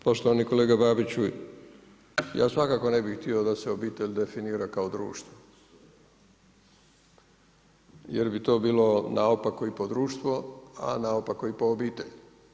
Poštovani kolega Babiću ja svakako ne bih htio da se obitelj definira kao društvo, jer bi to bilo naopako i po društvo, a naopako i po obitelj.